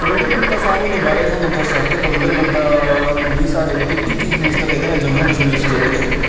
कविंद्र गुप्ता साह्ब उंदे बारै थुआनूं दस्सां ते कविंद्र गुप्ता बी साढे डिप्टी चीफ मिनिस्टर रेह्दे न जम्मू कश्मीर स्टेट दे